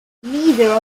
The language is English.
neither